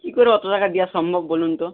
কী করে অত টাকা দেওয়া সম্ভব বলুন তো